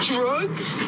Drugs